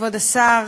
כבוד השר,